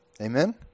Amen